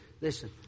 listen